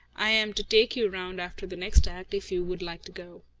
i am to take you round after the next act, if you would like to go.